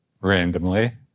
randomly